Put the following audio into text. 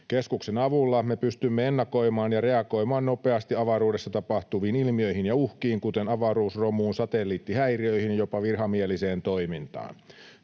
Keskuksen avulla me pystymme ennakoimaan ja reagoimaan nopeasti avaruudessa tapahtuviin ilmiöihin ja uhkiin, kuten avaruusromuun, satelliittihäiriöihin ja jopa vihamieliseen toimintaan.